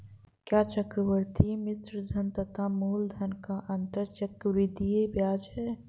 क्या चक्रवर्ती मिश्रधन तथा मूलधन का अंतर चक्रवृद्धि ब्याज है?